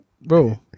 bro